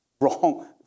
wrong